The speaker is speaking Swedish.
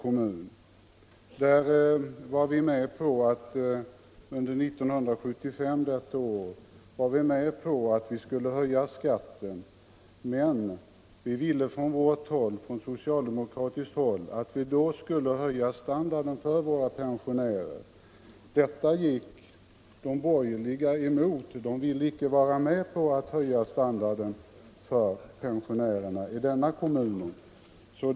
I år, 1975, gick vi på socialdemokratiskt håll med på att höja skatten, men vi ville att man då också skulle höja standarden för våra pensionärer. Detta satte sig emellertid de borgerliga emot; de ville inte vara med om att höja standarden för pensionärerna i kommunen.